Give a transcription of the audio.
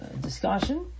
discussion